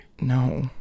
No